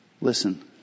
Listen